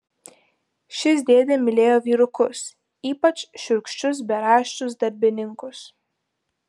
šis dėdė mylėjo vyrukus ypač šiurkščius beraščius darbininkus